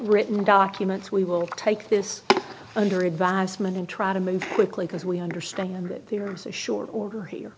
written documents we will take this under advisement and try to move quickly because we understand that there is a short order here